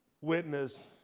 witness